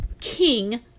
king